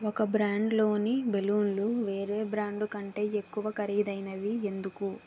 ఒక బ్రాండ్ లోని బెలూన్లు వేరే బ్రాండ్ కంటే ఎక్కువ ఖరీదైనవి ఎందుకు